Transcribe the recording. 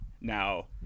now